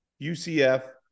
UCF